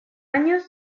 años